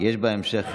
בהמשך דוברים.